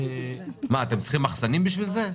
מה, אתם צריכים מחסנים בשביל זה?